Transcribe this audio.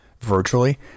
virtually